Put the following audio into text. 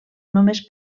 només